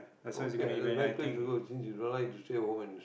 don't care that's the best place to go since you don't like to stay home and